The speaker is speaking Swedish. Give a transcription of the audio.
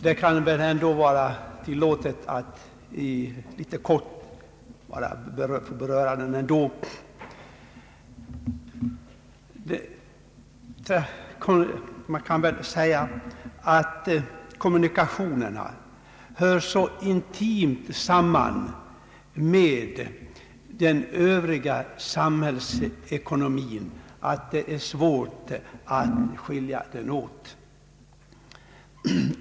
Det kan väl ändå vara tillåtet att nu något beröra dessa saker. Kommunikationerna kan sägas höra så intimt samman med den övriga samhällsekonomin, att det är svårt att bryta ut dem därifrån.